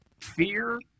fear